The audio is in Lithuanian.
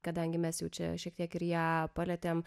kadangi mes jau čia šiek tiek ir ją palietėm